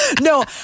No